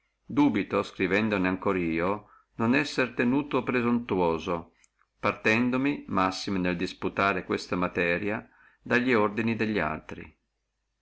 dubito scrivendone ancora io non essere tenuto prosuntuoso partendomi massime nel disputare questa materia dalli ordini delli altri